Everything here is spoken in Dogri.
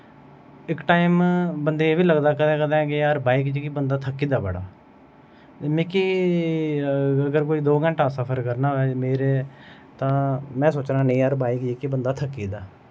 इक टाईम बंदे एह्बी लगदा कदें कदें के यार बाईक जेह्की बंदा थक्की जंदा बड़ा मिकी अगर कोई दो घैंटा सफर करना होऐ मेरे तां में सोचना नेंई यार बाईक जेह्की बंदा थक्की जंदा